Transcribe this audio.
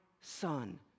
son